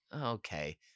okay